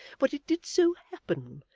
but it did so happen,